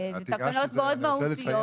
תקנות מאוד מהותיות.